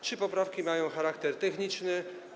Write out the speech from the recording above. Trzy poprawki mają charakter techniczny.